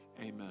amen